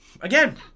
Again